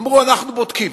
אמרו, אנחנו בודקים.